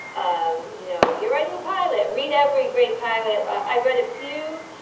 um you know, you're writing a pilot, read every great pilot. i read a few,